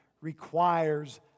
requires